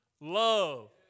love